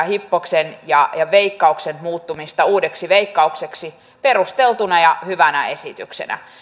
hippoksen ja veikkauksen muuttumista uudeksi veikkaukseksi perusteltuna ja hyvänä esityksenä